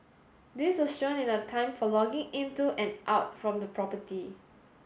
this was shown in the time for logging into and out from the property